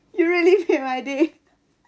you really make my day